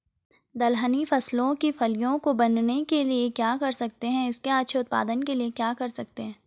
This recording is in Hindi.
दलहनी फसलों की फलियों को बनने के लिए क्या कर सकते हैं इसके अच्छे उत्पादन के लिए क्या कर सकते हैं?